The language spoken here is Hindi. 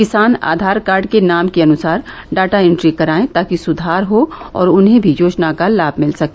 किसान आधार कार्ड के नाम के अनुसार डाटा इट्री कराए ताकि सुधार हो और उन्हें भी योजना का लाभ मिल सके